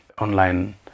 online